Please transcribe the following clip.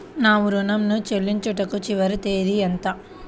నా ఋణం ను చెల్లించుటకు చివరి తేదీ ఎంత?